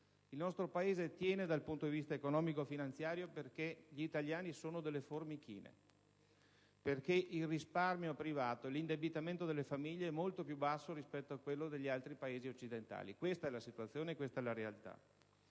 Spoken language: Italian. Il nostro Paese tiene dal punto di vista economico e finanziario perché gli italiani sono delle formichine. A causa del risparmio privato, l'indebitamento delle famiglie è molto più basso rispetto a quello degli altri Paesi occidentali: questa è la situazione e la realtà.